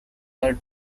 were